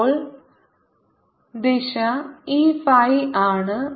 ഇപ്പോൾ ദിശ ഈ phi ആണ്